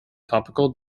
topical